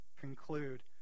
conclude